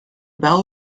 bell